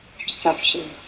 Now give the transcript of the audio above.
perceptions